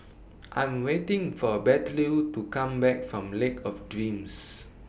I'm waiting For Bettylou to Come Back from Lake of Dreams